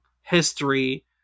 history